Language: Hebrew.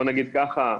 בואו נגיד ככה,